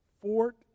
Fort